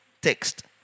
text